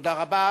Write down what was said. תודה רבה.